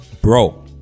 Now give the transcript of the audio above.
bro